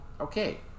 okay